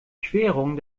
querung